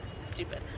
stupid